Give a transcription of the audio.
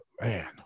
man